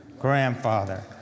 grandfather